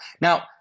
Now